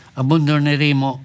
abbandoneremo